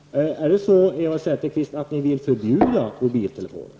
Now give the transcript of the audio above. Vill Eva Zetterberg förbjuda biltelefoner?